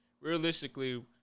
Realistically